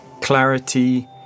clarity